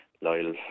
loyal